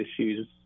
issues